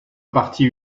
parti